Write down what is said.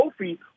Kofi